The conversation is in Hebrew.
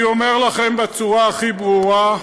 אני אומר לכם בצורה הכי ברורה: